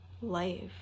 life